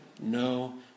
no